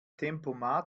immer